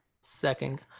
second